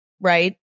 right